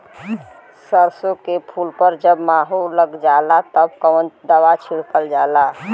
सरसो के फूल पर जब माहो लग जाला तब कवन दवाई छिड़कल जाला?